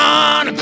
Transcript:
on